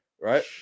right